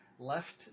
Left